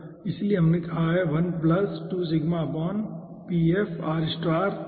इसलिए हमने यहां रखा है ठीक है